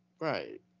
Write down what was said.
right